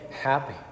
happy